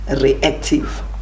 reactive